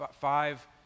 five